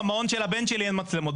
במעון של הבן שלי אין מצלמות.